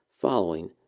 following